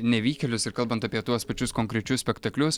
nevykėlius ir kalbant apie tuos pačius konkrečius spektaklius